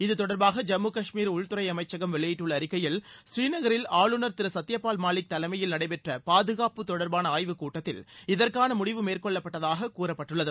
இது தொடர்பாக ஜம்மு கஷ்மீர் உள்துறை அமைச்சகம் வெளியிட்டுள்ள அறிக்கையில் ஸ்ரீநகரில் ஆளுநர் திரு சத்தியபால் மாலிக் தலைமையில் நடைபெற்ற பாதுகாப்பு தொடர்பான ஆய்வுக் கூட்டத்தில் இதற்கான முடிவு மேற்கொள்ளப்பட்டதாக கூறப்பட்டுள்ளது